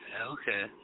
Okay